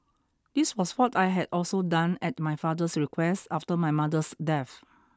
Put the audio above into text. this was what I had also done at my father's request after my mother's death